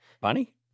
Bunny